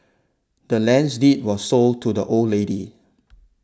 the land's deed was sold to the old lady